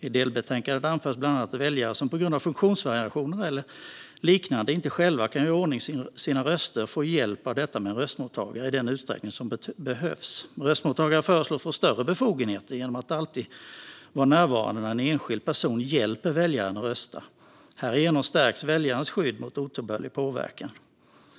I delbetänkandet anförs bland annat att väljare som på grund av funktionsvariationer eller liknande inte själva kan göra i ordning sina röster får hjälp med detta av röstmottagare i den utsträckning som behövs. Röstmottagare föreslås få större befogenheter genom att alltid vara närvarande när en enskild person hjälper väljaren att rösta. Härigenom stärks väljarens skydd mot otillbörlig påverkan.